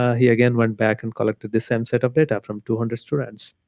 ah he again went back and collected the same set of data from two hundred students,